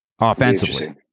Offensively